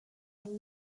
and